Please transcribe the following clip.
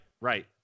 right